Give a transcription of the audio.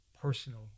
personal